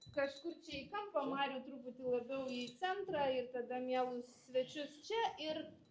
kažkur čia į kampą marių truputį labiau į centrą ir tada mielus svečius čia ir